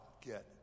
get